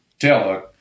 tailhook